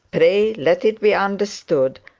pray let it be understood,